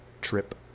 trip